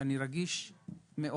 שאני רגיש מאוד,